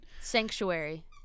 sanctuary